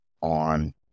on